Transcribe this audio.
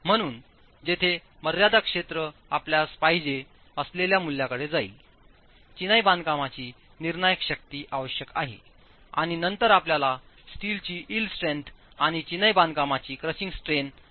म्हणून जेथे मर्यादा क्षेत्र आपल्यास पाहिजे असलेल्या मूल्यांकडे जाईल चिनाईबांधकामचीनिर्णायक शक्ती आवश्यक आहेआणि नंतर आपल्याला स्टीलची इल्ड स्ट्रेंथ आणि चिनाई बांधकामाची क्रशिंग स्ट्रेंन आवश्यक आहे